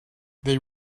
they